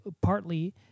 Partly